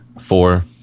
Four